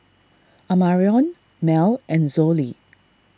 Amarion Mel and Zollie